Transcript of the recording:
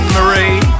Marie